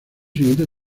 siguientes